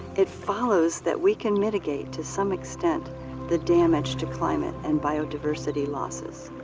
it follows that we can mitigate to some extent the damage to climate and biodiversity losses.